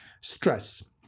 stress